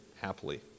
happily